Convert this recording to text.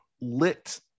lit